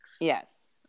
Yes